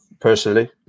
personally